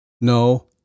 No